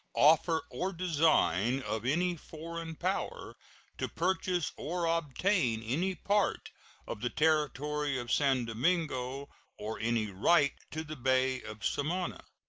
offer, or design of any foreign power to purchase or obtain any part of the territory of san domingo or any right to the bay of samana,